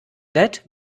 that